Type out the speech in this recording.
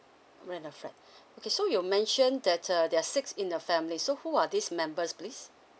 rent a flat okay so you mention that uh there are six in the family so who are these members please